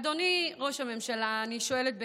אדוני ראש הממשלה, אני שואלת בכנות: